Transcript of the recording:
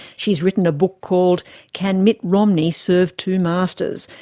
she's written a book called can mitt romney serve two masters?